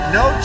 No